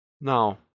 Now